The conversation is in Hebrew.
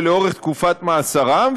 ואורך תקופת מאסרם,